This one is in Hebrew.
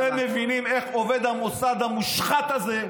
אתם מבינים איך עובד המוסד המושחת הזה,